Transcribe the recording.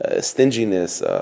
stinginess